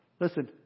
Listen